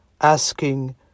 asking